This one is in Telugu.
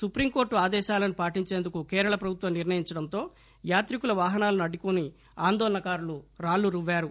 సుప్రీంకోర్టు ఆదేశాలను పాటించేందుకు కేరళ ప్రభుత్వం నిర్ణయించడంతో యాత్రికుల వాహనాలను అడ్డుకుని రాళ్లు రువ్వారు